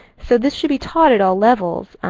so this should be taught at all levels.